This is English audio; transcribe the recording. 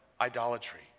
idolatry